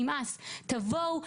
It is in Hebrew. זהו נמאס! תבואו,